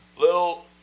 little